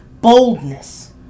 boldness